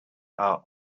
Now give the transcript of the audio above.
are